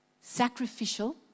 sacrificial